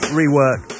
rework